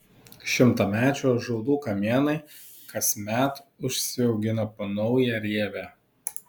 šimtamečių ąžuolų kamienai kasmet užsiaugina po naują rievę